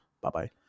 Bye-bye